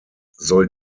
soll